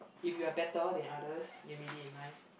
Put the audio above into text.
if you are better than others you made it in life